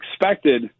expected